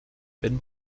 wenn